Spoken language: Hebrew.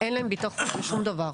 אין להן ביטחון בשום דבר.